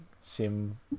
sim